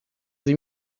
sie